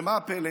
ומה הפלא?